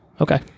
Okay